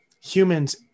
humans